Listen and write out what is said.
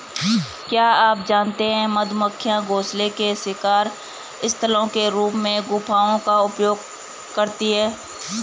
क्या आप जानते है मधुमक्खियां घोंसले के शिकार स्थलों के रूप में गुफाओं का उपयोग करती है?